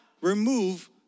remove